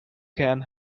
can